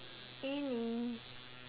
any